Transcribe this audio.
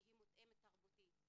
שהיא מותאמת תרבותית.